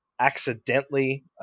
accidentally